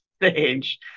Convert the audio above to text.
stage